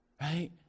right